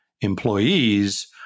employees